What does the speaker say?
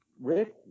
Rick